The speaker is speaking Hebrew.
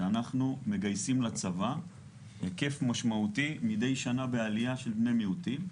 שאנחנו מגייסים לצבא היקף משמעותי מדי שנה בעלייה של בני מיעוטים.